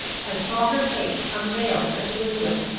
i saw her face unveiled at the window,